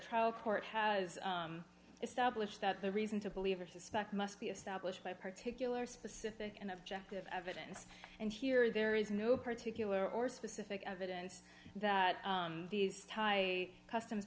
trial court has established that the reason to believe or suspect must be established by particular specific and objective evidence and here there is no particular or specific evidence that these tie customs